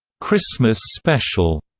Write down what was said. christmas special,